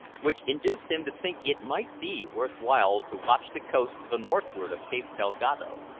which induced him to think it might be worth while to watch the coast to the northward of cape dalgado,